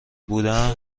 بودم